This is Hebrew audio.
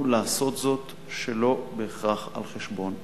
לעשות זאת שלא בהכרח על חשבון הציבור.